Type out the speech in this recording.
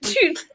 Dude